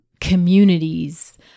communities